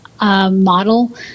model